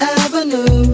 avenue